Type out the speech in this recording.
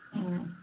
হুম